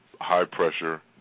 high-pressure